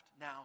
now